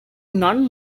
non